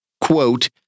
quote